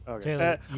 Taylor